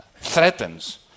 threatens